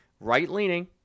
right-leaning